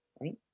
right